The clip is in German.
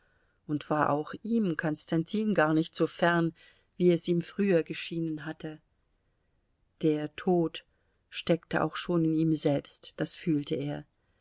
und war auch ihm konstantin gar nicht so fern wie es ihm früher geschienen hatte der tod steckte auch schon in ihm selbst das fühlte er